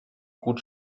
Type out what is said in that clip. gut